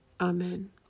amen